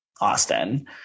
Austin